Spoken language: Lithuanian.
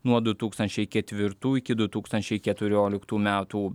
nuo nuo du tūkstančiai ketvirtų iki du tūkstančiai keturioliktų metų